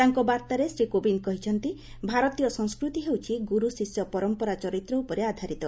ତାଙ୍କ ବାର୍ତ୍ତାରେ ଶ୍ରୀ କୋବିନ୍ଦ କହିଛନ୍ତି ଭାରତୀୟ ସଂସ୍କୃତି ହେଉଛି ଗୁରୁ ଶିଷ୍ୟ ପରମ୍ପରା ଚରିତ୍ର ଉପରେ ଆଧାରିତ